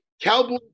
Cowboy